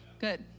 Good